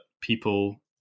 people